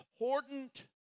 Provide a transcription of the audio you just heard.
important